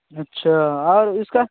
अच्छा और इसका